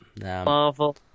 Marvel